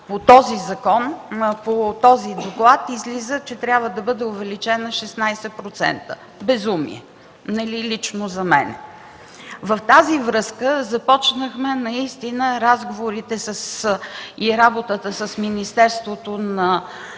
по този закон, по този доклад излиза, че трябва да бъде увеличена 16%. Безумие лично за мен! В тази връзка започнахме наистина разговорите и работата с Министерството на